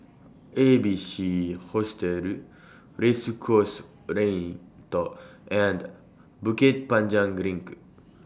A B C Hostel Race Course Lane and Bukit Panjang LINK